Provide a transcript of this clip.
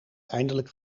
eindelijk